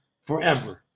forever